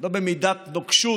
לא במידת נוקשות